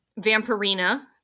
Vampirina